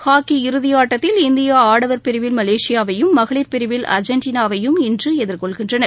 hockey இறுதியாட்டத்தில் India ஆடவர் பிரிவில் மலேசியாவையும் மகளிர் பிரிவில் அர்ஜென்டினாவையும் இன்று எதிர்கொள்கின்றன